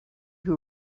who